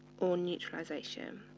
or neutralization.